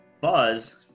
Buzz